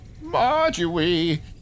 Marjorie